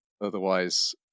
otherwise